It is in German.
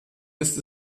ist